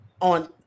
on